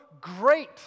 great